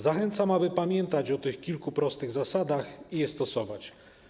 Zachęcam, aby pamiętać o tych kilku prostych zasadach i je stosować.